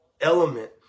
element